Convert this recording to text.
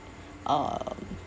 um